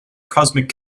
cosmic